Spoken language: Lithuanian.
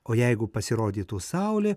o jeigu pasirodytų saulė